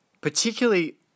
particularly